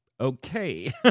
Okay